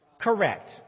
Correct